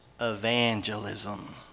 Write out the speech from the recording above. Evangelism